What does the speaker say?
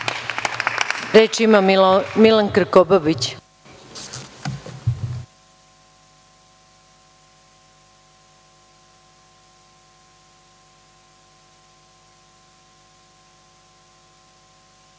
Reč ima Milan Krkobabić.